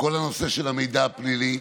בכל הנושא של המידע הפלילי,